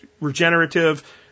regenerative